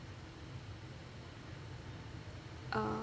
uh